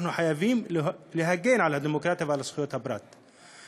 אנחנו חייבים להגן על הדמוקרטיה ועל זכויות הפרט.